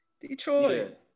detroit